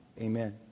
Amen